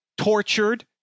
tortured